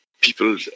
people